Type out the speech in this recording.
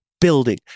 building